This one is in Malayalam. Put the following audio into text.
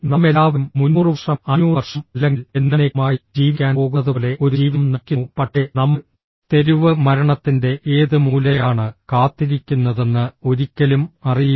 നാമെല്ലാവരും 300 വർഷം 500 വർഷം അല്ലെങ്കിൽ എന്നെന്നേക്കുമായി ജീവിക്കാൻ പോകുന്നതുപോലെ ഒരു ജീവിതം നയിക്കുന്നു പക്ഷേ നമ്മൾ തെരുവ് മരണത്തിന്റെ ഏത് മൂലയാണ് കാത്തിരിക്കുന്നതെന്ന് ഒരിക്കലും അറിയില്ല